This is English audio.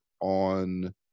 on